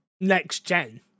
next-gen